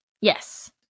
Yes